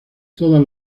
todas